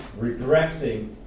regressing